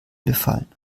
befallen